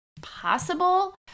possible